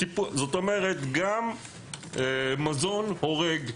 כלומר גם מזון הורג,